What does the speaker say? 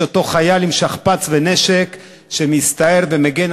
יש אותו חייל על שכפ"ץ ונשק שמסתער ומגן